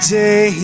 day